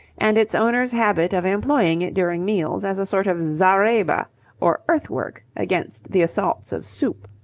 and its owner's habit of employing it during meals as a sort of zareba or earthwork against the assaults of soup.